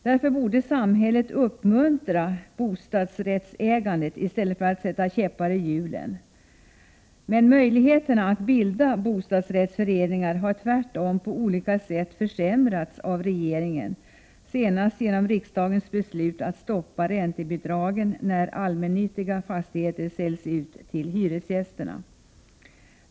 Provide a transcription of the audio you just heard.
Därför borde samhället uppmuntra bostadsrättsägandet i stället för att sätta käppar i hjulen. Möjligheterna att bilda bostadsrättsföreningar har tvärtom på olika sätt försämrats av regeringen, senast genom riksdagens beslut att stoppa räntebidragen när allmännyttiga fastigheter säljs till hyresgästerna.